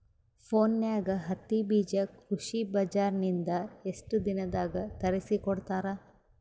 ಫೋನ್ಯಾಗ ಹತ್ತಿ ಬೀಜಾ ಕೃಷಿ ಬಜಾರ ನಿಂದ ಎಷ್ಟ ದಿನದಾಗ ತರಸಿಕೋಡತಾರ?